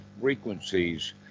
frequencies